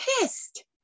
pissed